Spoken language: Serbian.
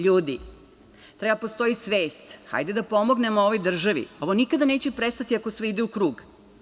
Ljudi, treba da postoji svest, hajde da pomognemo ovoj državi, ovo nikada neće prestati ako sve ide u krug.